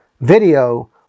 video